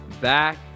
back